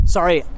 Sorry